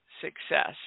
success